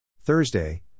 Thursday